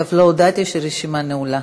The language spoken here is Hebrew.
אגב, לא הודעתי שהרשימה נעולה.